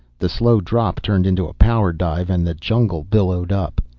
the slow drop turned into a power dive and the jungle billowed up.